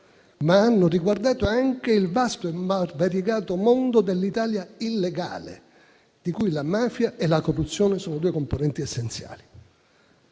l'Italia legale, ma anche il vasto e variegato mondo dell'Italia illegale, di cui la mafia e la corruzione sono due componenti essenziali.